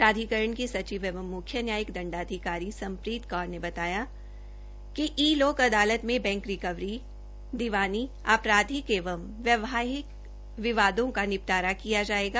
प्राधिकरण की सचिव एवं मुख्य न्यायिक दण्डाधिकारी सम्प्रीत कौर ने बताया कि ई लोक अदात में बैंक रिकवरी सिविल दीवानी आपराधिक एवं वैवाहिक विवादों का निपटारा किया जायेगा